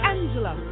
Angela